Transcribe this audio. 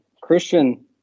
Christian